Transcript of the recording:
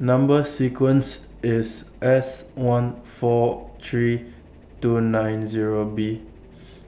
Number sequence IS S one four three two nine Zero B